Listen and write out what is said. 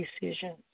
decisions